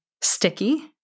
sticky